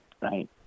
right